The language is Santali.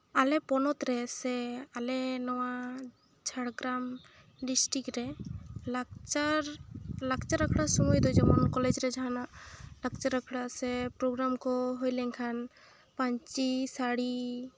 ᱟᱞᱮ ᱦᱚᱱᱚᱛ ᱨᱮᱥᱮ ᱟᱞᱮ ᱱᱚᱣᱟ ᱡᱷᱟᱲᱜᱨᱟᱢ ᱰᱤᱥᱴᱤᱠ ᱨᱮ ᱞᱟᱠᱪᱟᱨ ᱞᱟᱠᱪᱟᱨ ᱟᱠᱷᱲᱟ ᱥᱚᱢᱚᱭ ᱫᱚ ᱡᱮᱢᱚᱱ ᱠᱚᱞᱮᱡᱽ ᱨᱮ ᱡᱟᱦᱟᱸᱱᱟᱜ ᱞᱟᱠᱪᱟᱨ ᱟᱠᱷᱲᱟ ᱥᱮ ᱯᱨᱚᱜᱨᱟᱢ ᱠᱚ ᱦᱩᱭ ᱞᱮᱱᱠᱷᱟᱱ ᱯᱟᱹᱧᱪᱤ ᱥᱟᱹᱲᱤ